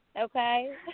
okay